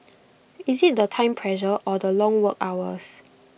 is IT the time pressure or the long work hours